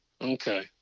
Okay